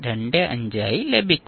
25 ആയി ലഭിക്കും